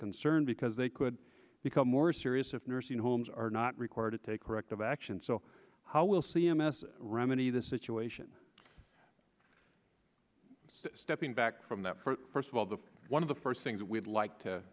concerned because they could become more serious if nursing homes are not required to take corrective action so how will c m s remedy the situation stepping back from that for a while the one of the first things that we'd like to